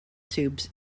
tubes